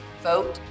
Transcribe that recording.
vote